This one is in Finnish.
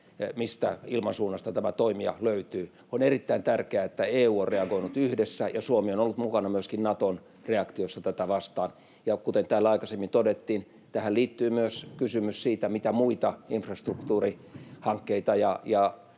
mistä ilmansuunnasta tämä toimija löytyy. On erittäin tärkeää, että EU on reagoinut yhdessä, ja Suomi on ollut mukana myöskin Naton reaktiossa tätä vastaan. Ja kuten täällä aikaisemmin todettiin, tähän liittyy myös kysymys siitä, mitä muita infrastruktuurihankkeita